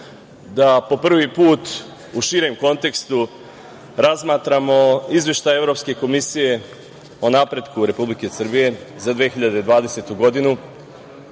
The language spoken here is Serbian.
da po prvi put u širem kontekstu razmatramo Izveštaj Evropske komisije o napretku Republike Srbije za 2020. godinu,